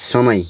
समय